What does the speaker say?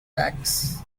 facts